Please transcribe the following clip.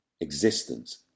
existence